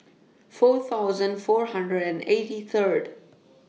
four thousand four hundred and eighty Third